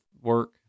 work